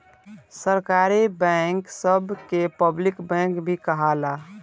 सरकारी बैंक सभ के पब्लिक बैंक भी कहाला